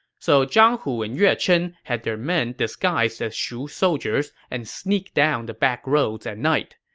so zhang hu and yuen chen had their men disguised as shu soldiers and sneaked down the backroads at night.